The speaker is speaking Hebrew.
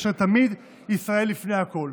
כאשר תמיד ישראל לפני הכול.